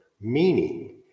meaning